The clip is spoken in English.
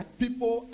people